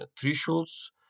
thresholds